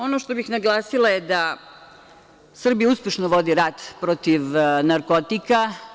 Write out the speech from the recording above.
Ono što bih naglasila je da Srbija uspešno vodi rat protiv narkotika.